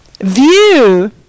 view